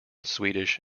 swedish